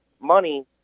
money